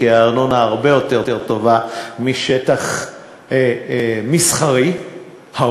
הרי משטח מסחרי הארנונה הרבה יותר טובה,